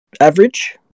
Average